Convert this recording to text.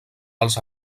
als